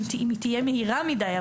אם היא תהיה מהירה מדי,